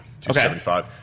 275